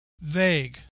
vague